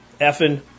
effing